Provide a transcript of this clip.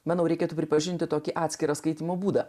manau reikėtų pripažinti tokį atskirą skaitymo būdą